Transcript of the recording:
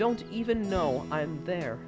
don't even know i'm there